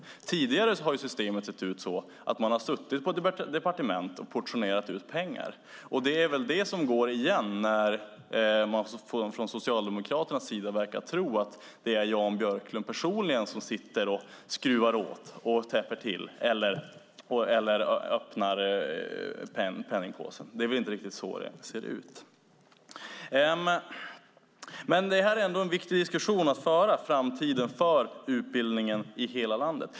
Tidigare har systemet sett ut så att man har suttit på departement och portionerat ut pengar. Det är väl det som går igen när man från Socialdemokraternas sida verkar tro att det är Jan Björklund personligen som sitter och skruvar åt, täpper till eller öppnar penningpåsen. Det är väl inte riktigt så det ser ut. Men det här är ändå en viktig diskussion att föra, om framtiden för utbildningen i hela landet.